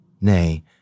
Nay